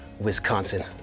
Wisconsin